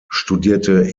studierte